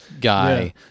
guy